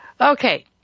Okay